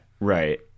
Right